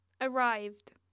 arrived